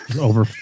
over